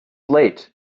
late